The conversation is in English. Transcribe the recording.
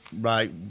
right